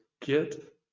get